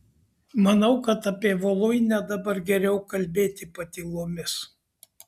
manau kad apie voluinę dabar geriau kalbėti patylomis